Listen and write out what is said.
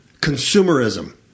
consumerism